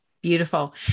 Beautiful